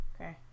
okay